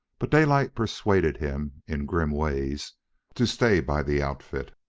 but daylight persuaded him in grim ways to stay by the outfit,